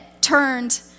turned